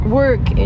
work